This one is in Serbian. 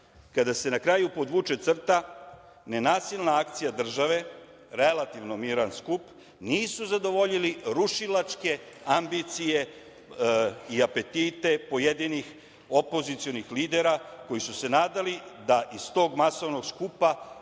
kada se podvuče crta nenasilna akcija države, relativno miran skup, nisu zadovoljili rušilačke ambicije i apetite pojedinih opozicionih lidera koji su se nadali da iz tog masovnog skupa